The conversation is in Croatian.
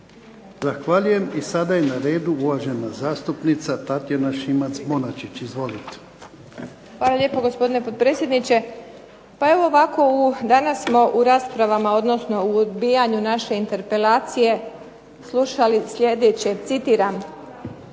Zahvaljujem. I sada je na redu uvažena zastupnica Tatjana Šimac-Bonačić. Izvolite. **Šimac Bonačić, Tatjana (SDP)** Hvala lijepo gospodine potpredsjedniče. Danas smo u raspravama odnosno u odbijanju naše interpelacije slušali slijedeće, citiram.